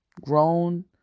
Grown